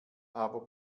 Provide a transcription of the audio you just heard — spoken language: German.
aber